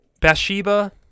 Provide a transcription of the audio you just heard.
Bathsheba